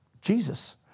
Jesus